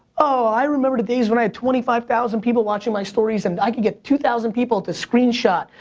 oh i remember the days when i had twenty five thousand people watching my stories and i could get two thousand people to screenshot.